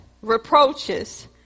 reproaches